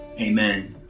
Amen